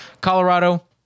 Colorado